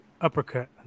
uppercut